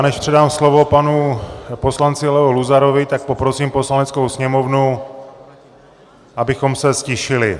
Než předám slovo panu poslanci Leo Luzarovi, poprosím Poslaneckou sněmovnu, abychom se ztišili...